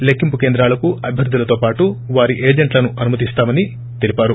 లెక్కింపు కేంద్రాలకు అభ్యర్దులతో పాటు వారి ఏజంట్లను అనుమతిస్తామని తెలిపారు